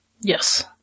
Yes